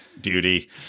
Duty